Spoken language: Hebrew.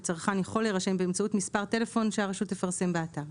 שצרכן יכול להירשם באמצעות מספר טלפון שהרשות תפרסם באתר.